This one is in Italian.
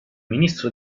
ministro